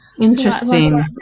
Interesting